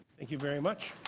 thank you very much.